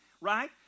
right